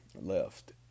left